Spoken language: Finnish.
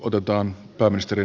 arvoisa puhemies